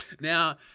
Now